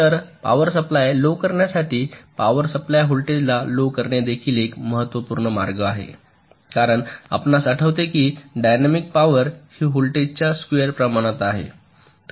तर power supply low करण्यासाठी power supply voltage ला लो करणे देखील एक महत्त्वपूर्ण मार्ग आहे कारण आपणास आठवते की डायनॅमिक पॉवर हि व्होल्टेजच्या स्क्युअर प्रमाणात आहे